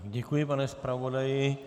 Děkuji, pane zpravodaji.